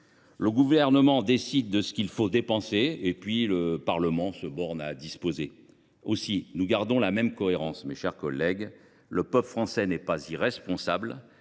Le Gouvernement décide de ce qu’il faut dépenser, et le Parlement se borne à en prendre acte. Nous gardons notre cohérence, mes chers collègues. Le peuple français n’est pas irresponsable